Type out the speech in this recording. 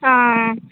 ᱟᱸᱻ